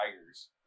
tigers